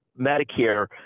Medicare